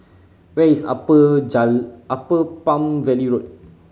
where is Upper Upper Palm Valley Road